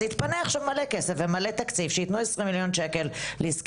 אז התפנה עכשיו המון כסף ותקציב שייתנו 20 מיליון ₪ לעסקי